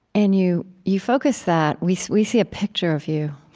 and you you focus that we we see a picture of you,